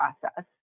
process